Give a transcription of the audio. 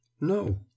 No